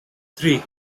three